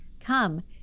Come